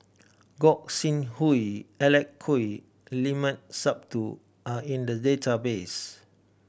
Gog Sing Hooi Alec Kuok Limat Sabtu are in the database